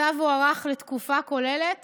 הצו הוארך לתקופה כוללת